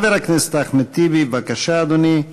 חבר הכנסת אחמד טיבי, בבקשה, אדוני.